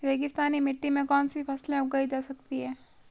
रेगिस्तानी मिट्टी में कौनसी फसलें उगाई जा सकती हैं?